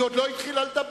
היא עוד לא התחילה לדבר.